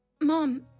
Mom